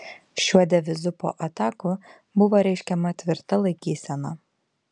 šiuo devizu po atakų buvo reiškiama tvirta laikysena